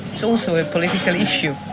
it's also a political issue.